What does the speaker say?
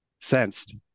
sensed